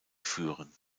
führen